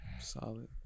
Solid